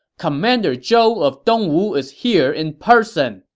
commander zhou of dongwu is here in person!